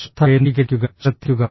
ശ്രദ്ധ കേന്ദ്രീകരിക്കുക ശ്രദ്ധിക്കുക